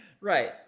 Right